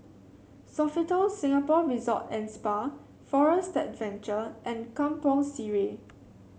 Sofitel Singapore Resort and Spa Forest Adventure and Kampong Sireh